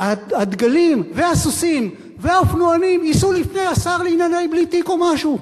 והדגלים והסוסים והאופנוענים ייסעו לפני השר לענייני בלי תיק או משהו.